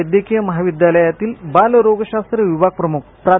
वैद्यकीय महाविद्यालयातील बालरोगशाख विभागप्रमुख प्रा